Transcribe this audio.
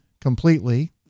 completely